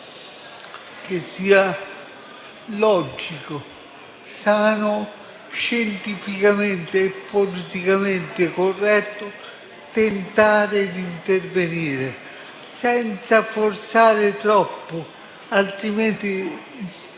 che sia logico, sano, scientificamente e politicamente corretto tentare di intervenire senza forzare troppo. Altrimenti,